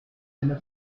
einer